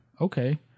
okay